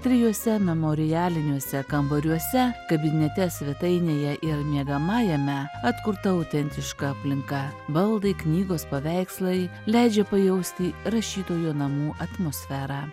trijuose memorialiniuose kambariuose kabinete svetainėje ir miegamajame atkurta autentiška aplinka baldai knygos paveikslai leidžia pajausti rašytojo namų atmosferą